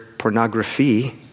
pornography